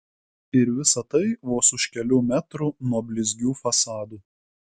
ir visa tai vos už kelių metrų nuo blizgių fasadų